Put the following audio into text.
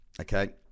Okay